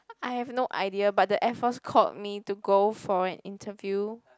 I have no idea but the Air Force called me to go for an interview